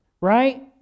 right